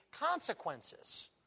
consequences